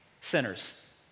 sinners